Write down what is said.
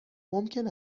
ممکن